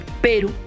pero